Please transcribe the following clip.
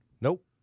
Nope